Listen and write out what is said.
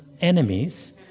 enemies